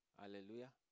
Hallelujah